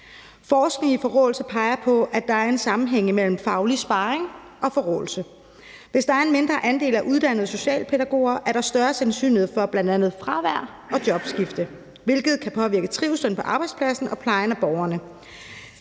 Forskning i forråelse peger på, at der er en sammenhæng imellem faglig sparring og forråelse. Hvis der er en mindre andel af uddannede socialpædagoger, er der større sandsynlighed for bl.a. fravær og jobskifte, hvilket kan påvirke trivslen på arbejdspladsen og plejen af borgerne.